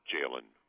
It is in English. Jalen